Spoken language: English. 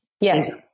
Yes